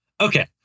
Okay